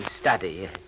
study